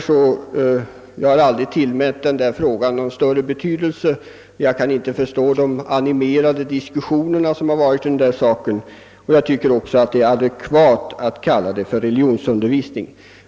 Jag har emellertid aldrig tillmätt den frå 8an någon större betydelse. Jag kan inte förstå de animerade diskussioner som har förts därvidlag. Jag tycker också att det är adekvat att kalla det religionsundervisning.